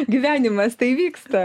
gyvenimas tai vyksta